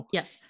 Yes